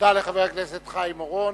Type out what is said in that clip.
תודה לחבר הכנסת חיים אורון.